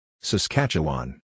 Saskatchewan